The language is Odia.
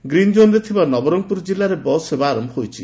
ଗ୍ରୀନ୍ଜୋନ୍ରେ ଥିବା ନବରଙ୍ଙପୁର ଜିଲ୍ଲାରେ ବସ୍ ସେବା ଆର ହୋଇଛି